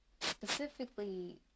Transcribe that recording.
specifically